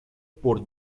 por